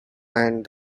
and